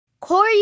Core